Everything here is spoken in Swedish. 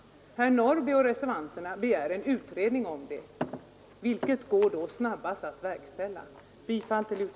Herr Norrby och reservanterna begär en utredning om det. Vilket ger då snabbast verkställighet?